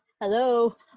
hello